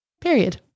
Period